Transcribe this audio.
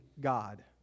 God